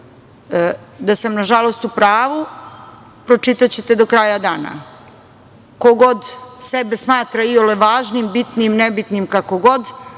Da sam, nažalost, u pravu pročitaćete do kraja dana. Ko god sebe smatra iole važnim, bitnim, nebitnim, kako god,